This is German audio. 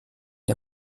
der